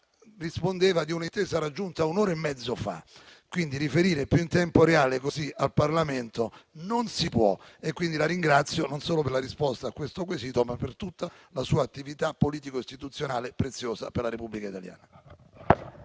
rispondeva di un'intesa raggiunta un'ora e mezzo fa: riferire più in tempo reale di così al Parlamento non si può. Quindi, la ringrazio, non solo per la risposta al quesito postole, ma anche per tutta la sua attività politico istituzionale, preziosa per la Repubblica italiana.